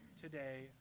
today